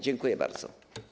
Dziękuję bardzo.